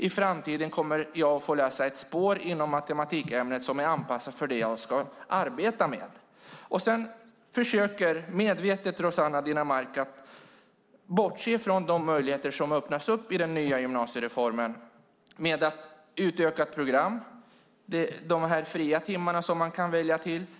I framtiden kommer eleven att få läsa ett spår inom matematikämnet som är anpassat för det som han eller hon ska arbeta med. Sedan försöker Rossana Dinamarca att medvetet bortse från de möjligheter som öppnas genom den nya gymnasiereformen med ett utökat program, med de fria timmarna som man kan välja till.